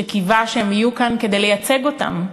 שקיווה שהם יהיו כאן כדי לייצג אותם.